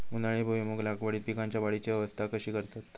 उन्हाळी भुईमूग लागवडीत पीकांच्या वाढीची अवस्था कशी करतत?